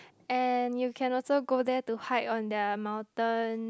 and you can also go there to hike on their mountain